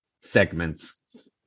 segments